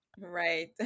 right